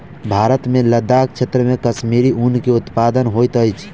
भारत मे लदाख क्षेत्र मे कश्मीरी ऊन के उत्पादन होइत अछि